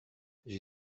j’ai